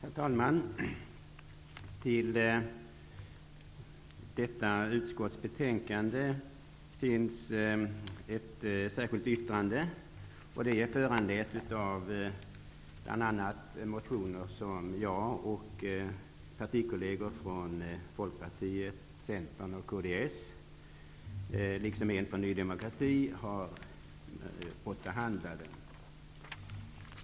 Herr talman! Till detta utskotts betänkande är ett särskilt yttrande fogat. Det är föranlett bl.a. av motioner som jag och kolleger från Folkpartiet, Centern och kds liksom från Ny demokrati har fått behandlade.